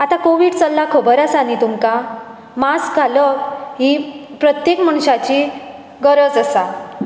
आतां कोविड चल्ल्या खबर आसा न्ही तुमकां मास्क घालप ही प्रत्येक मनशाची गरज आसा